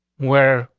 where,